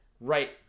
right